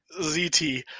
ZT